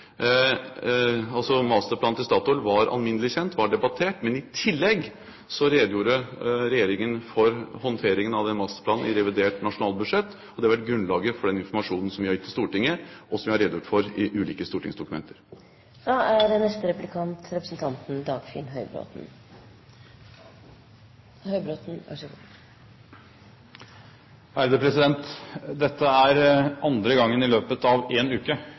Masterplanen til Statoil var altså alminnelig kjent, og den var debattert. Men i tillegg redegjorde regjeringen for håndteringen av den masterplanen i revidert nasjonalbudsjett, og det har vært grunnlaget for den informasjonen som vi har gitt til Stortinget, og som vi har redegjort for i ulike stortingsdokumenter. Dette er andre gangen i løpet av én uke at statsråder i statsministerens regjering blir utsatt for meget skarp kritikk fra halve Stortinget i